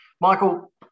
Michael